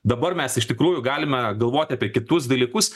dabar mes iš tikrųjų galime galvoti apie kitus dalykus